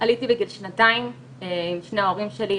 עליתי בגיל שנתיים עם שני ההורים שלי,